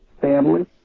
family